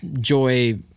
joy